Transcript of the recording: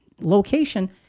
location